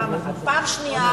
שנית,